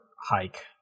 hike